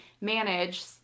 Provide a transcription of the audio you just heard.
manage